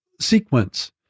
sequence